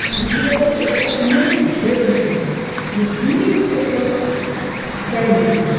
football एकटा एहन खेल रहै जे सिमित ओकर टाइम रहै